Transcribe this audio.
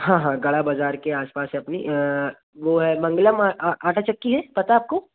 हाँ हाँ गाड़ा बाज़ार के आस पास है अपनी वह है मंगलम आटा चक्की है पता हाि आपको